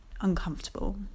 uncomfortable